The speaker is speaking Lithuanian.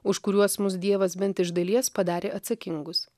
už kuriuos mus dievas bent iš dalies padarė atsakingus